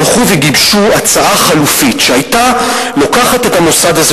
הלכו וגיבשו הצעה חלופית שהיתה לוקחת את המוסד הזה